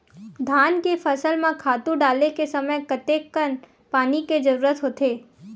धान के फसल म खातु डाले के समय कतेकन पानी के जरूरत होथे?